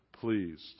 pleased